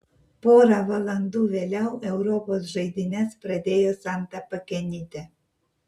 pora valandų vėliau europos žaidynes pradėjo santa pakenytė